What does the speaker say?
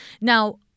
Now